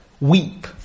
weep